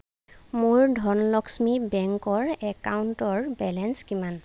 মোৰ ধনলক্ষ্মী বেংকৰ একাউণ্টৰ বেলেঞ্চ কিমান